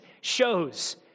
shows